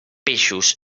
peixos